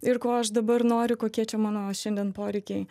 ir ko aš dabar noriu kokie čia mano šiandien poreikiai